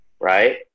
Right